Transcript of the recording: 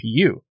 GPU